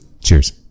Cheers